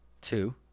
two